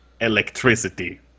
electricity